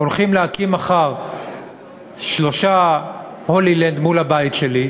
הולכים להקים מחר שלושה "הולילנד" מול הבית שלי,